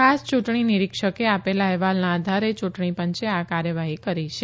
ખાસ ચૂંટણી નિરીક્ષકે આપેલા અહેવાલના આધારે ચૂંટણી પંચે આ કાર્યવાહી કરી છે